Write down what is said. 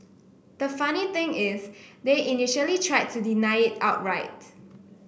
the funny thing is they initially tried to deny it outright